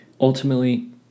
Ultimately